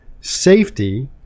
safety